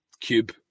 cube